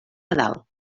dalt